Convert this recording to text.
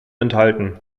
enthalten